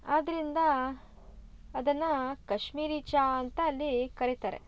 ಆದ್ದರಿಂದ ಅದನ್ನ ಕಶ್ಮೀರಿ ಚಾ ಅಂತ ಅಲ್ಲಿ ಕರೀತಾರೆ